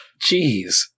Jeez